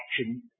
action